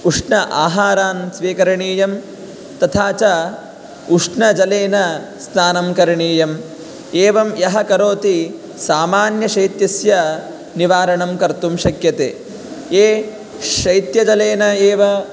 उष्ण आहारान् स्वीकरणीयं तथा च उष्णजलेन स्नानं करणीयम् एवं यः करोति सामान्यशैत्यस्य निवारणं कर्तुं शक्यते ये शैत्यजलेन एव